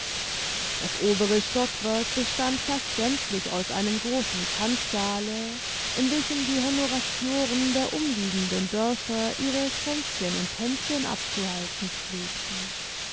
das obere stockwerk bestand fast gänzlich aus einem großen tanzsaale in welchem die honoratioren der umliegenden dörfer ihre kränzchen und tänzchen abzuhalten pflegten